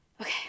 Okay